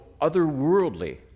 otherworldly